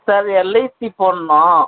sir LIC போடணும்